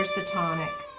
the tonic.